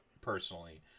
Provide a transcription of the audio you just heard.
personally